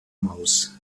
maus